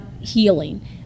healing